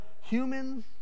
humans